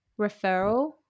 referral